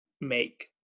make